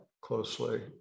closely